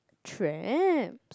tram